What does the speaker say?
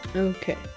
Okay